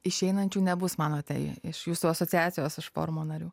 išeinančių nebus manote iš jūsų asociacijos iš forumo narių